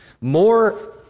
More